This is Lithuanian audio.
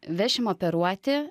vešim operuoti